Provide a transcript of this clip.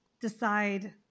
decide